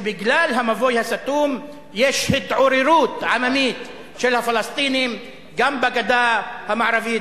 שבגלל המבוי הסתום יש התעוררות עממית של הפלסטינים גם בגדה המערבית,